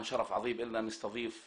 אני רוצה להגיד לנציגי הממסד כאן,